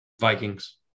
vikings